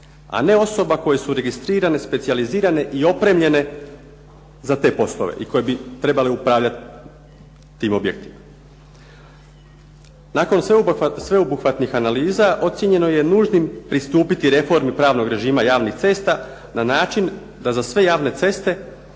a ne osoba koje su registrirane, specijalizirane i opremljene za te poslove i koje bi trebale upravljati tim objektima. Nakon sveobuhvatnih analiza ocijenjeno je nužnim pristupiti reformi pravnog režima javnih cesta na način da za sve javne ceste